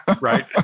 Right